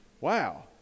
Wow